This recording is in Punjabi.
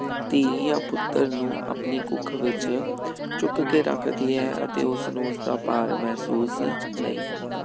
ਧੀ ਜਾਂ ਪੁੱਤਰ ਨੂੰ ਆਪਣੀ ਕੁੱਖ ਵਿੱਚ ਚੁੱਕ ਕੇ ਰੱਖਦੀ ਹੈ ਅਤੇ ਉਸ ਨੂੰ ਉਸਦਾ ਭਾਰ ਮਹਿਸੂਸ ਨਹੀਂ ਹੁੰਦਾ